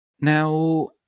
Now